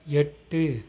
எட்டு